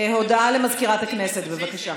הודעה למזכירת הכנסת, בבקשה.